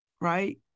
right